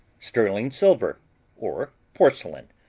sterling silver or porcelain.